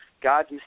God's